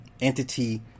entity